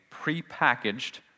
Pre-packaged